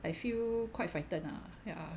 I feel quite frightened ah ya